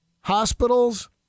hospitals